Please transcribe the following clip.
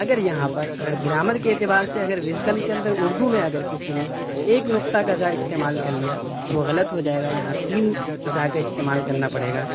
اگر یہاں پر اگر گرامر کے اعتبار سے اگر وژڈم کے اندر اردو میں اگر کسی نے ایک نقطہ کا زا استعمال کر لیا تو وہ غلط ہوجائے گا یہاں تین زا کا استعمال کرنا پڑے گا